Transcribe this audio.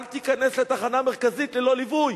אל תיכנס לתחנה המרכזית ללא ליווי.